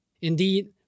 Indeed